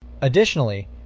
Additionally